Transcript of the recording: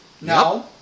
No